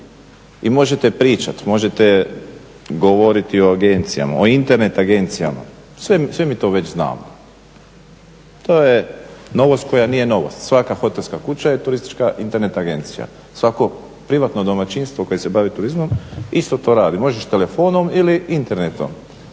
i možete pričati, možete govoriti o agencijama o Internet agencijama, sve mi to već znamo. to je novost koja nije novost, svaka hotelska kuća je turistička Internet agencija, svako privatno domaćinstvo koje se bavi turizmom isto to radi, možeš telefonom ili internetom.